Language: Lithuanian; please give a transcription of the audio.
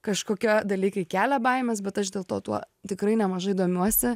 kažkokie dalykai kelia baimes bet aš dėl to tuo tikrai nemažai domiuosi